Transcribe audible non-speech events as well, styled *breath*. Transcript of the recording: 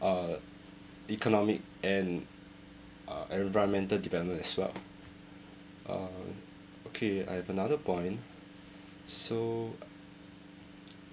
uh economic and uh environmental development as well *breath* uh okay I have another point *breath* so *noise*